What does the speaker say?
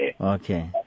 Okay